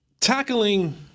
Tackling